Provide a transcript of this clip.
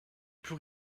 plus